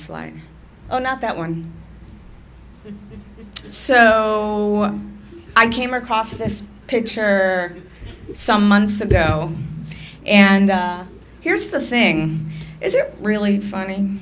line oh not that one so i came across this picture some months ago and here's the thing is it really funny